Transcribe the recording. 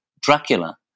Dracula